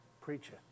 preacher